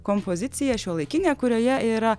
kompozicija šiuolaikinė kurioje yra